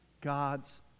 God's